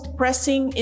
pressing